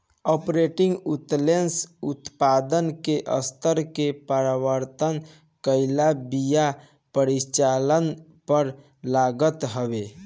operating उत्तोलन उत्पादन के स्तर के परवाह कईला बिना परिचालन पअ लागत हवे